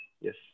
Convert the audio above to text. Yes